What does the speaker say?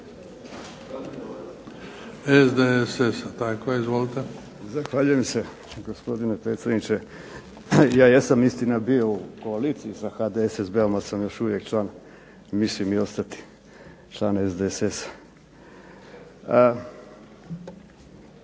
(SDSS)** Zahvaljujem se gospodine predsjedniče. Ja jesam istina bio u koaliciji sa HDSSB-om, ali sam još uvijek član i mislim i ostati član SDSS-a.